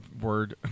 Word